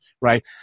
right